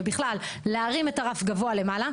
ובכלל להרים את הרף גבוה למעלה,